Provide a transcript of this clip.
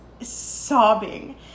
sobbing